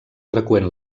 freqüent